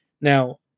Now